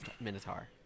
Minotaur